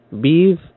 beef